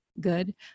good